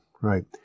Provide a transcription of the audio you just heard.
right